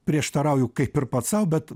prieštarauju kaip ir pats sau bet